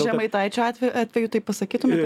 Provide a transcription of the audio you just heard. žemaitaičio atveju atveju tai jau taip pasakytumėt